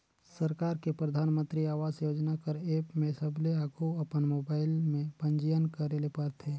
सरकार के परधानमंतरी आवास योजना कर एप में सबले आघु अपन मोबाइल में पंजीयन करे ले परथे